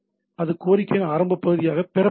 அது கோரிக்கையின் ஆரம்ப பகுதியாக பெறப்பட்டது